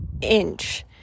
inch